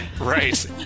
Right